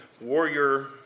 warrior